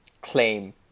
claim